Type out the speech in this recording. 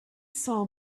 saw